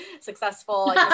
successful